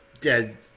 dead